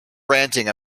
ranting